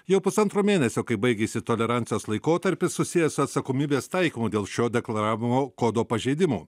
jau pusantro mėnesio kai baigėsi tolerancijos laikotarpis susijęs su atsakomybės taikymu dėl šio deklaravimo kodo pažeidimų